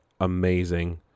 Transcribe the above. amazing